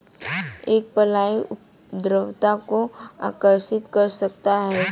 एक फ्लाई उपद्रव को आकर्षित कर सकता है?